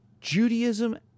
Judaism